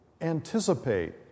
anticipate